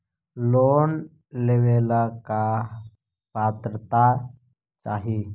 Loan लेवेला का पात्रता चाही?